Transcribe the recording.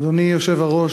אדוני היושב-ראש,